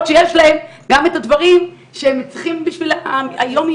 שיש להם גם את הדברים שהם צריכים בשביל היומיום.